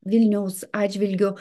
vilniaus atžvilgiu